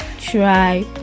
try